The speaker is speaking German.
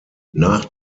nach